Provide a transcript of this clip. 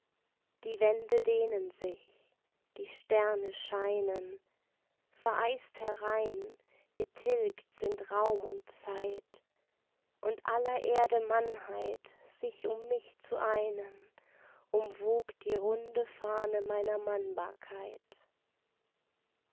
die wände dehnen sich die sterne scheinen vereist herein getilgt sind raum und zeit und aller erde mannheit sich um mich zu einen umwogt die runde fahne meiner